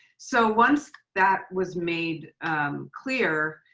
so once that was made clear,